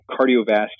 cardiovascular